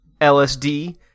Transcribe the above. LSD